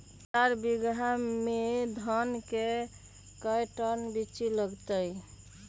चार बीघा में धन के कर्टन बिच्ची लगतै?